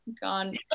gone